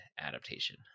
adaptation